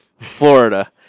Florida